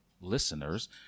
listeners